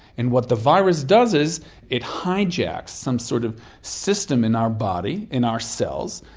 and what the virus does is it hijacks some sort of system in our body, in our cells,